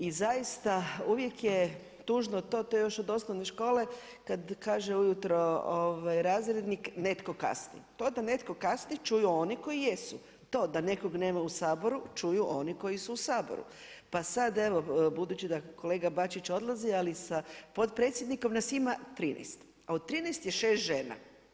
I zaista uvijek je tužno to, to je još od osnovne škole, kad kaže ujutro razrednik netko kasni, to da ne tko kasni čuju oni koji jesu, to da nekog nema u Saboru, čuju oni koji su u Saboru, pa sad evo budući da kolega Bačić odlazi, ali sa potpredsjednikom nas ima 13, a od 13 je 6 žena.